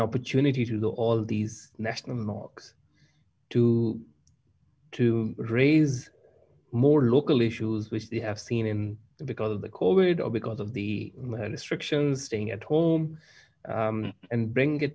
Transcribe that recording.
opportunity to do all these national marks to to raise more local issues which they have seen in because of the covid or because of the restrictions staying at home and bring it